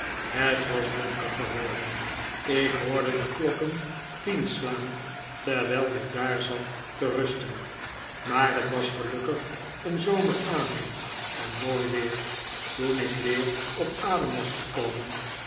het was donker geworden ik hoorde de klokken tien slaan terwijl ik daar zat te tusten maar het was gelukkig een zomeravond en mooi weer toen ik weer op adem was gekomen